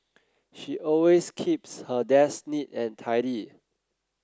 she always keeps her desk neat and tidy